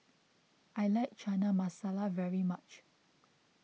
I like Chana Masala very much